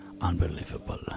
Unbelievable